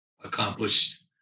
accomplished